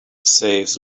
saves